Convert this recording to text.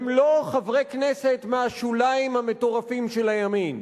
זה לא חברי כנסת מהשוליים המטורפים של הימין,